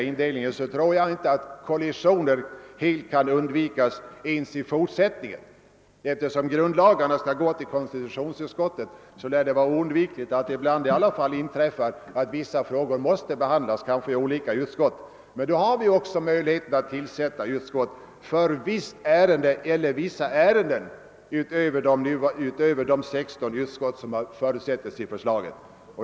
Indelningen har inte kunnat genomföras helt konsekvent. Eftersom grundlagarna skall hänvisas till konstitutionsutskottet, lär det vara oundvikligt att det ibland ändå inträffar att vissa frågor måste behandlas i olika utskott. Vi har också fortfarande möjlighet att i vissa frågor tillsätta eft särskilt utskott utöver de 16 som har förutsatts i förslaget.